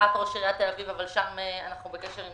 למעט ראש עיריית תל-אביב אבל שם אנחנו בקשר עם